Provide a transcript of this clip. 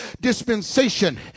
dispensation